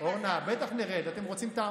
רד מהתאגיד.